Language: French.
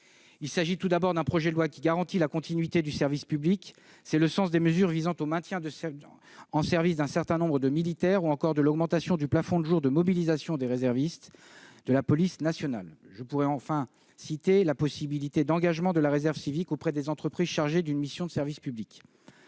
Il s'agit tout d'abord d'un projet de loi qui vise à garantir la continuité du service public. Tel est le sens des mesures tendant au maintien en service d'un certain nombre de militaires ou encore de l'augmentation du plafond de jours de mobilisation des réservistes de la police nationale. Je pourrais aussi citer la possibilité d'engagement de la réserve civique auprès des entreprises chargées d'une mission de service public.